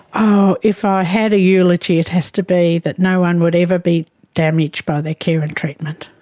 ah if i had a eulogy it has to be that no one would ever be damaged by their care and treatment,